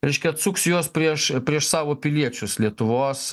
reiškia atsuks juos prieš prieš savo piliečius lietuvos